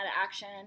action